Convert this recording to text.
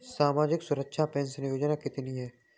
सामाजिक सुरक्षा पेंशन योजना कितनी हैं?